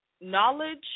knowledge